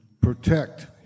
protect